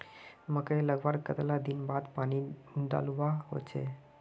मकई लगवार कतला दिन बाद पानी डालुवा होचे?